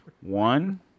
One